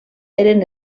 eren